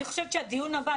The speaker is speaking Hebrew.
אני חושבת שהדיון הבא,